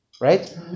right